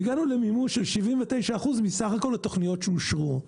והגענו למימוש של 79% מסך כל התכניות שאושרו,